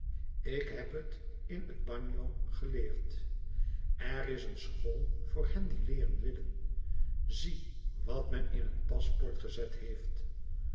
ik heb t in t bagno geleerd er is een school voor hen die leeren willen zie wat men in het paspoort gezet heeft